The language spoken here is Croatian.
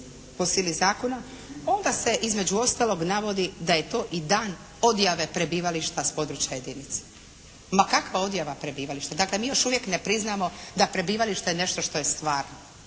po sili zakona onda se između ostalog navodi da je to i dan odjave prebivališta s područja jedinice. Ma kakva odjava prebivališta. Dakle mi još uvijek ne priznamo da prebivalište je nešto što je stvarno.